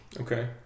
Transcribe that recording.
Okay